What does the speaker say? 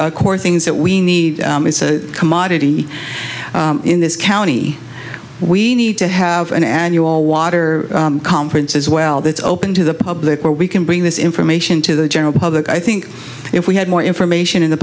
the core things that we need commodity in this county we need to have an annual water conference as well that's open to the public where we can bring this information to the general public i think if we had more information in the